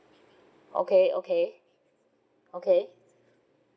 okay okay okay